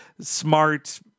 smart